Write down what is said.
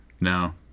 No